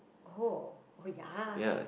oh oh ya